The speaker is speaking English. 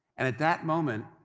and at that moment,